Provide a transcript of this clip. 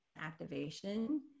activation